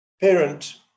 parent